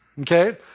Okay